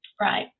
Right